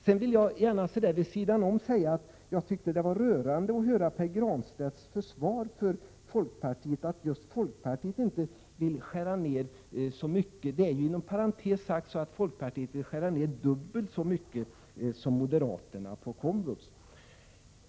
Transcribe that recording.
Sedan vill jag gärna säga, litet vid sidan om, att det var rörande att höra Pär Granstedts försvar av folkpartiet. Det gick ut på att just folkpartiet inte vill skära ned så mycket. Inom parentes sagt vill folkpartiet skära ned dubbelt så mycket som moderaterna på komvux.